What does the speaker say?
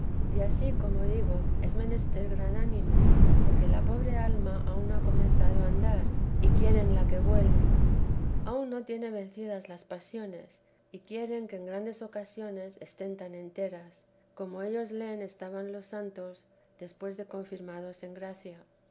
y ansí como digo es menester gran ánimo porque la pobre alma aun no ha comenzado a andar y quiérenla que vuele aun no tiene vencidas las pasiones y quieren que en grandes ocasiones estén tan enteras como ellos leen estaban los santos después de confirmados en gracia